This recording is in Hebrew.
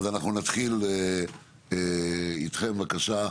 נתחיל איתכם, בבקשה.